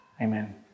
Amen